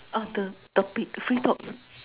ah the the pig free talk